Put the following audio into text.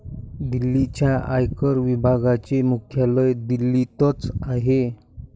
दिल्लीच्या आयकर विभागाचे मुख्यालय दिल्लीतच आहे